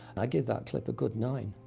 i'd give that clip a good nine.